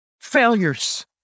failures